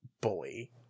bully